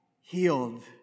healed